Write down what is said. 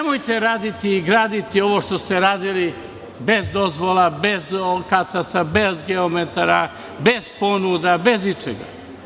Nemojte raditi i graditi ovo što ste radili bez dozvola, bez katastra, bez geometara, bez ponuda, bez ičega.